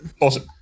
Awesome